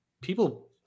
people